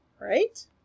right